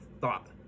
thought